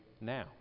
now